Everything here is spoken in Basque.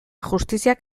justiziak